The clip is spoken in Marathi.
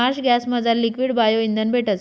मार्श गॅसमझार लिक्वीड बायो इंधन भेटस